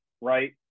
right